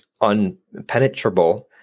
unpenetrable